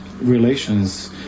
relations